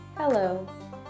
Hello